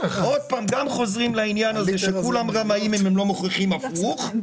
גם חוזרים לעניין הזה שכולם רמאים עד שהם יוכיחו הפוך,